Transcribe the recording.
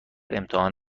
امتحان